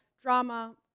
drama